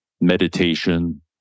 meditation